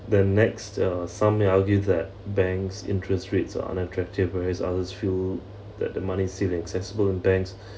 the next uh some may argue that bank's interest rates are unattractive whereas others feel that the money is still inaccessible in banks